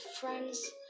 friends